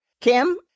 Kim